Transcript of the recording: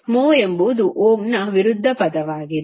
mho ಎಂಬುದು ಓಮ್ ವಿರುದ್ಧ ಪದವಾಗಿದೆ